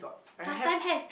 last time have